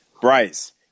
bryce